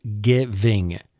giving